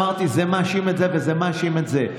אמרתי: זה מאשים את זה וזה מאשים את זה.